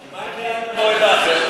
מה יקרה במועד האחר?